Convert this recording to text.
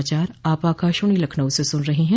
यह समाचार आप आकाशवाणी लखनऊ से सुन रहे हैं